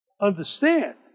understand